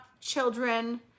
children